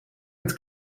met